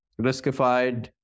Riskified